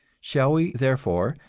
shall we, therefore,